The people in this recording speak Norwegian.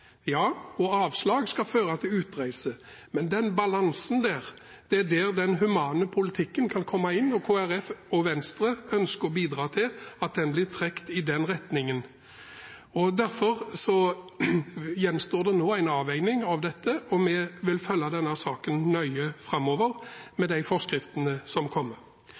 ja – og avslag skal føre til utreise. Men det er i denne balansegangen den humane politikken kan komme inn, og Kristelig Folkeparti og Venstre ønsker å bidra til at den blir trukket i den retningen. Derfor gjenstår det nå en avveining av dette, og vi vil følge denne saken nøye framover – med de forskriftene som kommer.